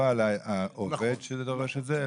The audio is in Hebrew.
לא על העובד שדורש את זה,